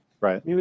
Right